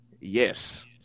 Yes